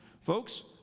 Folks